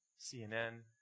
CNN